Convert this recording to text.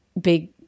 big